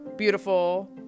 Beautiful